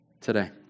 today